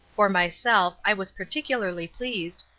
for myself i was particularly pleased,